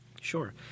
Sure